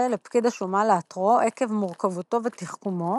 לפקיד השומה לאתרו עקב מורכבותו ותחכומו,